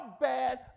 bad